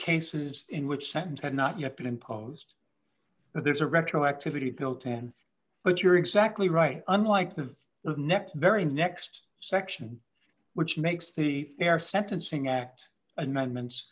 cases in which sentence had not yet been imposed but there's a retroactivity bill ten but you're exactly right unlike the with nec the very next section which makes the air sentencing act amendments